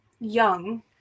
young